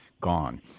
Gone